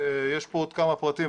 יש פה עוד כמה פרטים,